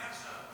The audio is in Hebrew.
אני עכשיו.